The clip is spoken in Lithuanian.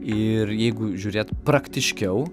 ir jeigu žiūrėt praktiškiau